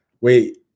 Wait